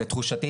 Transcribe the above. נפשית,